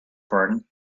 pardon